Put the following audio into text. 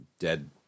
dead